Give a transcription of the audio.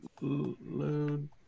load